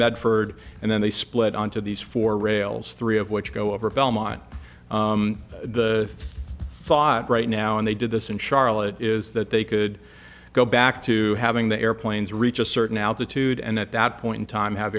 medford and then they split on to these four rails three of which go over belmont the thought right now and they did this in charlotte is that they could go back to having the airplanes reach a certain altitude and at that point in time have